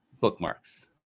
bookmarks